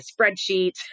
spreadsheet